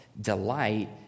delight